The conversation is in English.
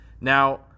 now